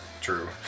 True